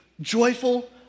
joyful